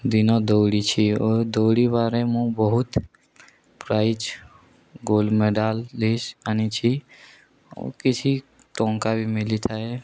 ଦିନ ଦୌଡ଼ିଛି ଓ ଦୌଡ଼ିବାରେ ମୁଁ ବହୁତ ପ୍ରାଇଜ୍ ଗୋଲ୍ଡ଼ ମେଡ଼ାଲିଷ୍ଟ ଆଣିଛି ଓ କିଛି ଟଙ୍କା ବି ମିଳିଥାଏ